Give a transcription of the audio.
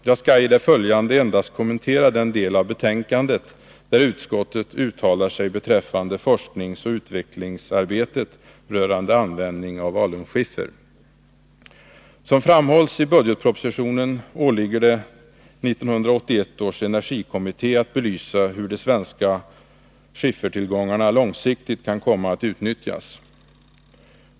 Jag skall i det följande endast kommentera den del av betänkandet där utskottet uttalar sig beträffande forskningsoch utvecklingsarbetet rörande användning av alunskiffer. Som framhålls i budgetpropositionen åligger det 1981 års energikommitté att belysa hur de svenska skiffertillgångarna långsiktigt kan komma att utnyttjas.